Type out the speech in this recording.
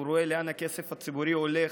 הוא רואה לאן הכסף הציבורי הולך,